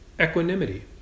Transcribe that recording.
equanimity